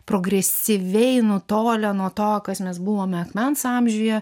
progresyviai nutolę nuo to kas mes buvome akmens amžiuje